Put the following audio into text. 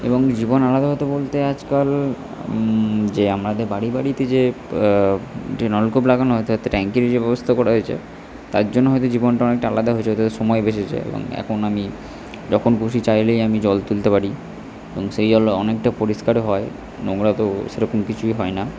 এবং জীবন আলাদা কথা বলতে আজকাল যে আমাদের বাড়ি বাড়িতে যে যে নলকূপ লাগানো হয়েছে ট্যাঙ্কের যে ব্যবস্থা করা হয়েছে তার জন্য হয়তো জীবনটা অনেকটা আলাদা হয়েছে ওতে সময় বেঁচেছে এবং এখন আমি যখন খুশি চাইলেই আমি জল তুলতে পারি এবং সেই জল অনেকটা পরিষ্কারও হয় নোংরা তো সে রকম কিছুই হয় না